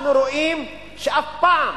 אנחנו רואים שאף פעם